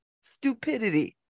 stupidity